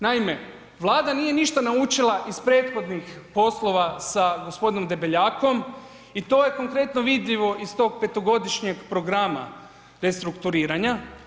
Naime, Vlada nije ništa naučila iz prethodnih poslova sa g. Debeljakom i to je konkretno vidljivo iz tog 5-godišnjeg programa restrukturiranja.